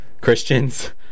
Christians